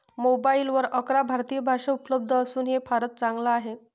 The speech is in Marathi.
मोबाईलवर अकरा भारतीय भाषा उपलब्ध असून हे फारच चांगल आहे